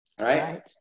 Right